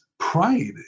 pride